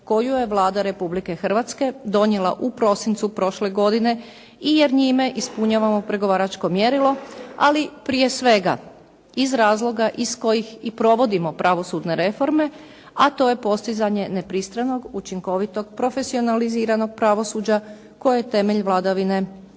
koju je Vlada Republike Hrvatske donijela u prosincu prošle godine, jer njime ispunjavamo pregovaračko mjerilo, ali prije svega iz razloga iz kojeg provodimo pravosudne reforme, a to je postizanje nepristranog, učinkovitog profesionaliziranog pravosuđa, koje je temelj vladavine prava svake